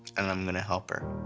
and i'm gonna help her.